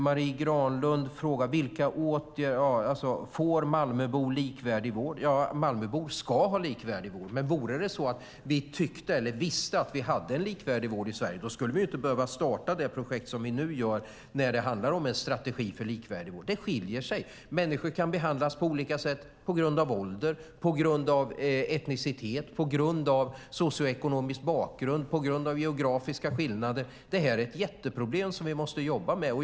Marie Granlund frågar: Får Malmöbor likvärdig vård? Ja, Malmöbor ska ha likvärdig vård. Men vore det så att vi visste att vi hade en likvärdig vård i Sverige skulle vi inte behöva starta de projekt som vi nu gör som handlar om en strategi för likvärdig vård. Det finns skillnader. Människor kan behandlas på olika sätt på grund av ålder, på grund av etnicitet, på grund av socioekonomisk bakgrund eller geografiska skillnader. Det här är ett jätteproblem som vi måste jobba med.